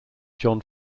john